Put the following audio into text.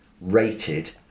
rated